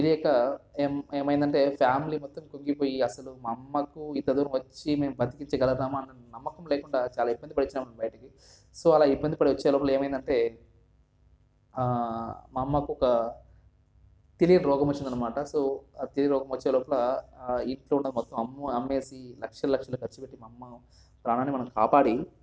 తెలియక ఏమి ఏమైందంటే ఫ్యామిలీ మొత్తం కృంగిపోయి అసలు మా అమ్మకు ఇంత దూరం వచ్చి మేము బతికించగలుగుతాం అన్ననమ్మకం లేకుండా చాలా ఇబ్బందిపడి వచ్చినాం బయటికి సో అలా ఇబ్బంది పడి వచ్చే లోపల ఏమైంది అంటే మా అమ్మకు ఒక తెలియని రోగం వచ్చిందన్నమాట సో తెలియని రోగం వచ్చే లోపల ఇంట్లో ఉన్నది మొత్తం అమ్మేసి లక్ష లక్షలు ఖర్చుపెట్టి మా అమ్మ ప్రాణాన్ని మనం కాపాడి